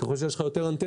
וככל שיש לך יותר אנטנות,